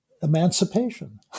emancipation